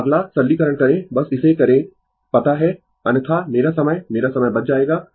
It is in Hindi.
तो अगर सरलीकरण करें बस इसे करें पता है अन्यथा मेरा समय मेरा समय बच जाएगा